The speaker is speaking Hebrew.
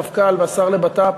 המפכ"ל והשר לבט"פ,